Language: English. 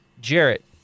Jarrett